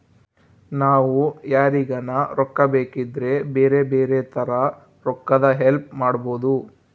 ನಾವು ಯಾರಿಗನ ರೊಕ್ಕ ಬೇಕಿದ್ರ ಬ್ಯಾರೆ ಬ್ಯಾರೆ ತರ ರೊಕ್ಕದ್ ಹೆಲ್ಪ್ ಮಾಡ್ಬೋದು